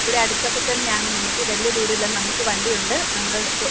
ഇവിടെ അടുത്തൊക്കെ തന്നെയാണ് നമുക്ക് വലിയ ദൂരമില്ല നമുക്ക് വണ്ടിയുണ്ട് നമ്മള്